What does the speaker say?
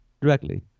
directly